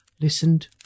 listened